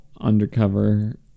undercover